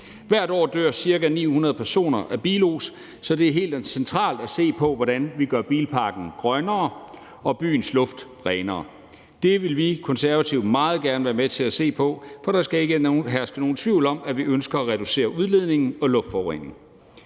Hvert år dør ca. 900 personer af bilos, så det er helt centralt at se på, hvordan vi gør bilparken grønnere og byens luft renere. Det vil vi Konservative meget gerne være med til at se på, for der skal ikke herske nogen tvivl om, at vi ønsker at reducere udledningen og luftforureningen.